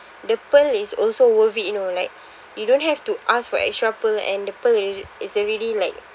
the pearl is also worth it you know like you don't have to ask for extra pearl and the pearl is~ is already like